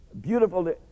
Beautiful